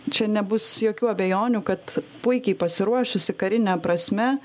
čia nebus jokių abejonių kad puikiai pasiruošusi karine prasme